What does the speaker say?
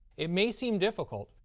it may seem difficult,